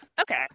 Okay